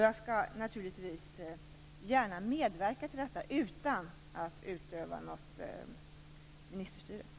Jag skall naturligtvis gärna medverka till detta utan att utöva något ministerstyre.